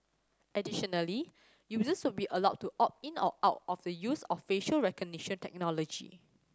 additionally users will be allowed to opt in or out of the use of facial recognition technology